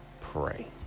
pray